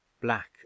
black